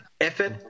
effort